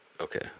okay